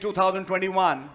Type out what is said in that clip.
2021।